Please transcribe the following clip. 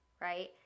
right